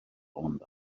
ond